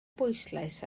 bwyslais